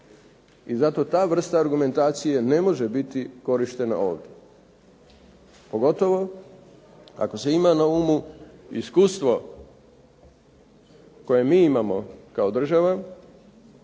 I zato ta vrsta argumentacije ne može biti korištena ovdje pogotovo ako se ima na umu iskustvo koje mi imamo kao država